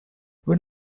when